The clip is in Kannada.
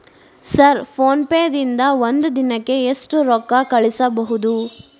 ಸರ್ ಫೋನ್ ಪೇ ದಿಂದ ಒಂದು ದಿನಕ್ಕೆ ಎಷ್ಟು ರೊಕ್ಕಾ ಕಳಿಸಬಹುದು?